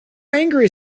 angry